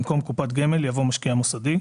במקום "קופת גמל" יבוא "משקיע מוסדי"